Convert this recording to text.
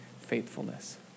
faithfulness